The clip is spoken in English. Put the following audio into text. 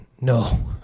No